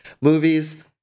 movies